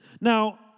Now